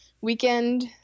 weekend